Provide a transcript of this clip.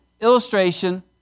illustration